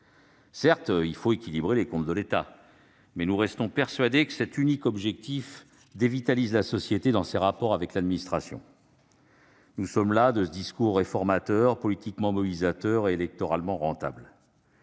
Certes, il faut équilibrer les comptes de l'État, mais nous restons persuadés que cet unique objectif dévitalise la société dans ses rapports avec l'administration. Nous sommes las de ce discours réformateur, politiquement mobilisateur et électoralement rentable.